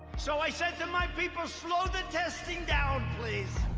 so i said to my people, slow the testing down, please.